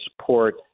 support